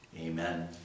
Amen